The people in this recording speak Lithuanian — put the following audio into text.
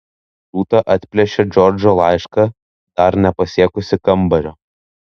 rūta atplėšė džordžo laišką dar nepasiekusi kambario